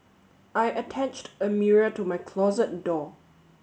I attached a mirror to my closet door